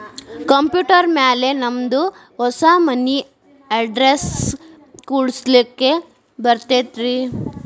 Computer ಮ್ಯಾಲೆ ನಮ್ದು ಹೊಸಾ ಮನಿ ಅಡ್ರೆಸ್ ಕುಡ್ಸ್ಲಿಕ್ಕೆ ಬರತೈತ್ರಿ?